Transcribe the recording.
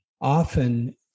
often